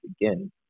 again